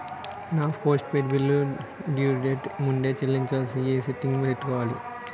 నా postpaid bill due date ముందే చెల్లించాలంటే ఎ సెట్టింగ్స్ పెట్టుకోవాలి?